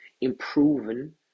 improving